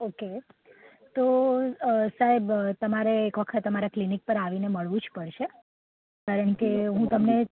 okay તો સાહેબ તમારે એક વખત અમારા ક્લિનિક પર આવીને મળવું જ પડશે કારણ કે હું તમને